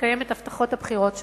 לקיים את הבטחות הבחירות שלו,